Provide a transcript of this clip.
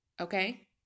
okay